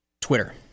Twitter